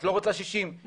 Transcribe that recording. את לא רוצה 60,